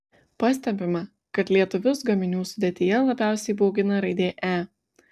pastebima kad lietuvius gaminių sudėtyje labiausiai baugina raidė e